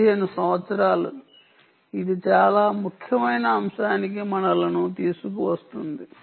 15 సంవత్సరాలు ఇది చాలా ముఖ్యమైన అంశానికి మనలను తీసుకువస్తుంది